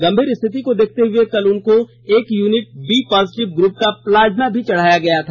गंभीर स्थिति को देखते हुए कल उनको एक यूनिट बी पॉजिटिव ग्रप का प्लाज्मा भी चढ़ाया गया था